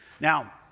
Now